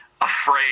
Afraid